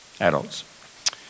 Adults